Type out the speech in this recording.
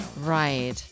Right